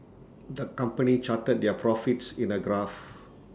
the company charted their profits in A graph